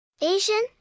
Asian